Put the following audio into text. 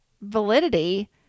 validity